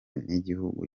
n’igihugu